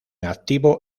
activo